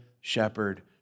shepherd